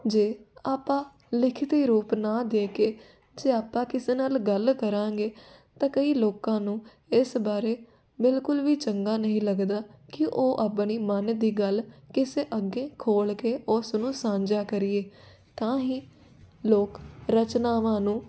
ਜੇ ਆਪਾਂ ਲਿਖਤੀ ਰੂਪ ਨਾ ਦੇ ਕੇ ਜੇ ਆਪਾਂ ਕਿਸੇ ਨਾਲ ਗੱਲ ਕਰਾਂਗੇ ਤਾਂ ਕਈ ਲੋਕਾਂ ਨੂੰ ਇਸ ਬਾਰੇ ਬਿਲਕੁਲ ਵੀ ਚੰਗਾ ਨਹੀਂ ਲੱਗਦਾ ਕਿ ਉਹ ਆਪਣੀ ਮਨ ਦੀ ਗੱਲ ਕਿਸੇ ਅੱਗੇ ਖੋਲ੍ਹ ਕੇ ਉਸਨੂੰ ਸਾਂਝਾ ਕਰੀਏ ਤਾਂ ਹੀ ਲੋਕ ਰਚਨਾਵਾਂ ਨੂੰ